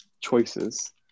choices